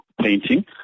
painting